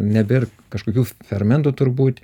nebėr kažkokių fermentų turbūt